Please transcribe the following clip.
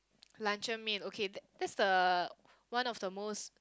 luncheon meat ok th~ that's the one of the most